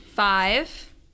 Five